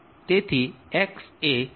તેથી X એ 0